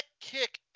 kick